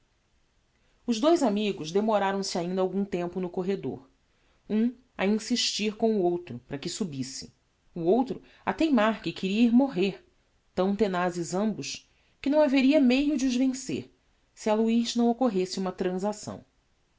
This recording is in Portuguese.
os dous amigos demoraram se ainda algum tempo no corredor um a insistir com o outro para que subisse o outro a teimar que queria ir morrer tão tenazes ambos que não haveria meio de os vencer se a luiz não occoresse uma transacção